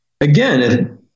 Again